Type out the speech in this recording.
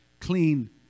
clean